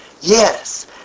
Yes